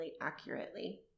accurately